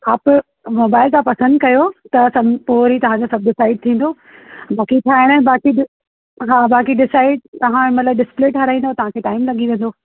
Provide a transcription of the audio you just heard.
हा प मोबाइल तव्हां पसंदि कयो त सम पोइ वरी तव्हांजो सभु डिसाइड थींदो बाक़ी ठाहिण बाक़ी जो हा बाक़ी डिसाइड तव्हां मतिलब डिस्पले ठाराईंदव त तव्हांखे टाइम लॻी वेंदो